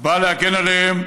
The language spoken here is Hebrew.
בא להגן עליהם,